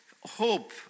hope